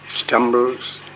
stumbles